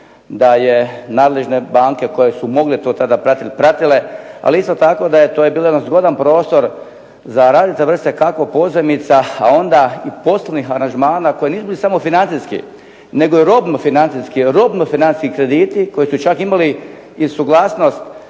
da je nadležne banke koje su mogle to tada pratiti pratile, ali isto tako da je to bio jedan zgodan prostor za …/Govornik se ne razumije./… kako pozajmica a onda i poslovnih aranžmana koji nisu bili samo financijski, nego i robno financijski krediti, koji su čak imali i suglasnost